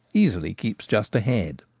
easily keeps just ahead.